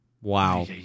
Wow